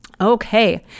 Okay